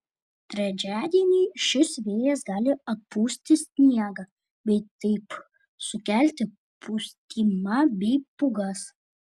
trečiadienį šis vėjas gali atpūsti sniegą bei taip sukelti pustymą bei pūgas